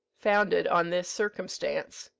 founded on this circumstance.